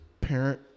parent